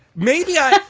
maybe i